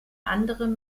andere